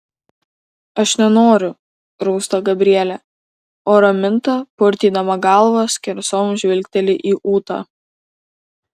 aš nenoriu rausta gabrielė o raminta purtydama galvą skersom žvilgteli į ūtą